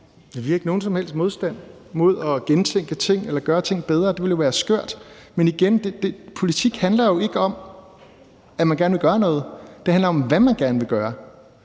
Vi har ikke nogen som helst modstand mod at gentænke ting eller gøre ting bedre – det ville jo være skørt. Men igen handler politik jo ikke om, at man gerne vil gøre noget; det handler om, hvad man gerne vil gøre.